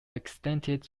extended